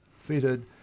fitted